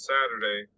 Saturday